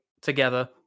together